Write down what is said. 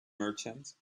merchant